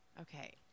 Okay